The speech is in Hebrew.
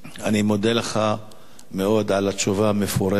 אני מודה לך מאוד על התשובה המפורטת.